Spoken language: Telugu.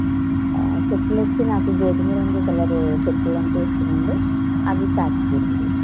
చెప్పులు వచ్చి నాకు గోధుమ రంగు కలరు చెప్పులు అంటే ఇష్టమండి అవి ప్యాక్ చెయ్యండి